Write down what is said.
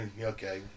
okay